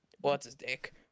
what's-his-dick